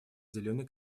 зеленый